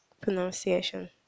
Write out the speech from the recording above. pronunciation